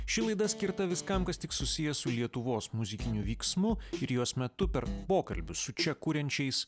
ši laida skirta viskam kas tik susiję su lietuvos muzikiniu vyksmu ir jos metu per pokalbius su čia kuriančiais